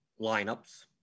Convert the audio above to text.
lineups